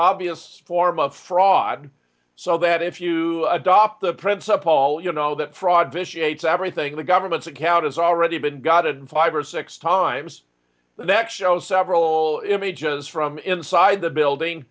obvious form of fraud so that if you adopt the principle all you know that fraud vitiate everything the government's account is already been gotten five or six times that show several images from inside the building